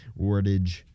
wordage